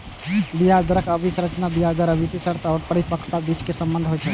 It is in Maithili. ब्याज दरक अवधि संरचना ब्याज दर आ विभिन्न शर्त या परिपक्वताक बीचक संबंध होइ छै